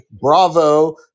bravo